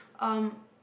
um